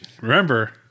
Remember